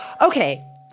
Okay